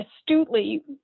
astutely